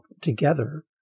together